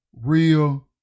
real